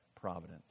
providence